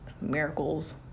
miracles